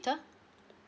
educator